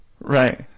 Right